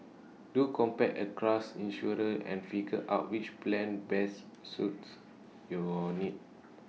do compare across insurers and figure out which plan best suits your needs